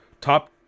top